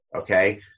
okay